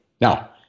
now